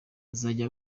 azajya